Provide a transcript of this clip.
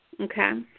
Okay